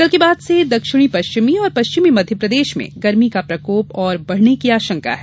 कल के बाद से दक्षिणी पश्चिमी और पश्चिमी मध्यप्रदेश में गर्मी का प्रकोप और बढ़ने की आशंका है